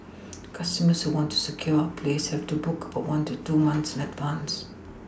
customers who want to secure a place have to book one to two months in advance